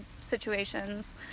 situations